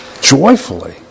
joyfully